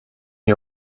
n’y